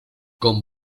con